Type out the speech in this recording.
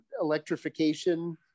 electrification